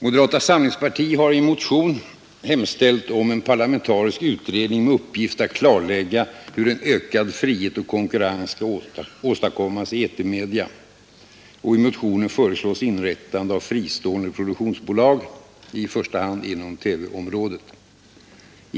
Moderata samlingspartiet har i en motion hemställt om en parlamentarisk utredning med uppgift att klarlägga hur en ökad frihet och konkurrens skall kunna åstadkommas i etermedia. I motionen föreslås inrättande av fristående produktionsbolag i första hand inom TV-området.